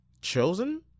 Chosen